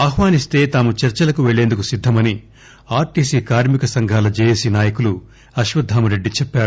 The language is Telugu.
ఆహ్వానిస్తే తాము చర్సలకు పెళ్లేందుకు సిద్గమని ఆర్టీసీ కార్మిక సంఘాల జేఏసీ నాయకులు అశ్వత్థామరెడ్డి చెప్పారు